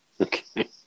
Okay